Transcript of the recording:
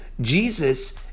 Jesus